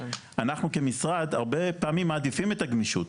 אנחנו כמשרד הרבה פעמים מעדיפים את הגמישות,